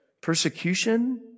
persecution